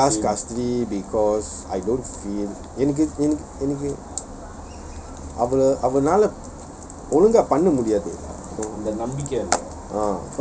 ya I ask custody because I don't feel எனக்கு அவல அவனால ஒழுங்கா பன்ன முடியாது:enakku awalah awanaala olunga panna mudiyaathu